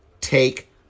take